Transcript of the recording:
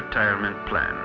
retirement plan